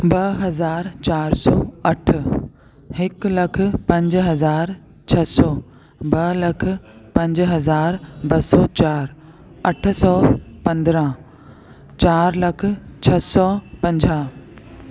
ॿ हज़ार चारि सौ अठ हिक लख पंज हज़ार छह सौ ॿ लख पंज हज़ार ॿ सौ चारि अठ सौ पंद्रहं चारि लख छह सौ पंजाह